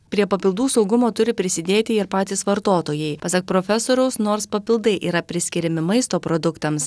prie papildų saugumo turi prisidėti ir patys vartotojai pasak profesoriaus nors papildai yra priskiriami maisto produktams